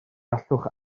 allwch